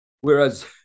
Whereas